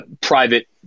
private